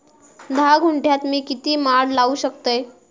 धा गुंठयात मी किती माड लावू शकतय?